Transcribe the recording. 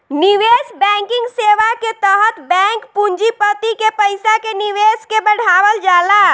निवेश बैंकिंग सेवा के तहत बैंक पूँजीपति के पईसा के निवेश के बढ़ावल जाला